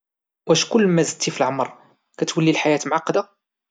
واش كلما زدتي فالعمر كتكون الحياة معقدة؟